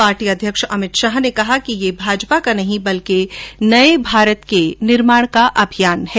party अध्यक्ष अमित शाह ने कहा कि यह भाजपा का नहीं बल्कि नये भारत के निर्माण का अभियान है